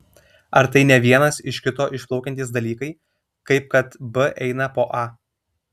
ar tai ne vienas iš kito išplaukiantys dalykai kaip kad b eina po a